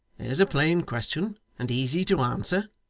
there's a plain question and easy to answer